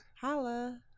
Holla